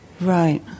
Right